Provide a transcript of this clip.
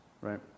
Right